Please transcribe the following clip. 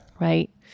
right